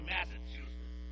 Massachusetts